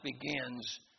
begins